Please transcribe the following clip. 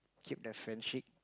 keep the friendship